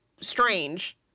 strange